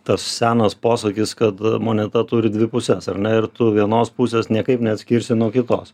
tas senas posakis kad moneta turi dvi puses ar ne ir tu vienos pusės niekaip neatskirsi nuo kitos